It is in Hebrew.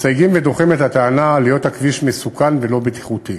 מסתייגים ודוחים את הטענה על היות הכביש מסוכן ולא בטיחותי.